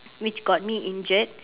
which got me injured